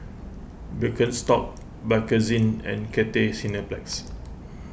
Birkenstock Bakerzin and Cathay Cineplex